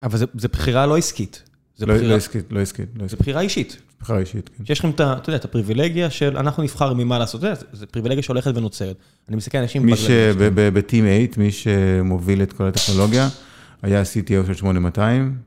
אבל זו בחירה לא עסקית, זו בחירה אישית. בחירה אישית, כן. שיש לנו את הפריבילגיה של, אנחנו נבחר ממה לעשות זה, זו פריבילגיה שהולכת ונוצרת. אני מסתכל על אנשים בזו. ב�-T-Mate, מי שמוביל את כל הטכנולוגיה, היה CTO של 8200.